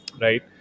right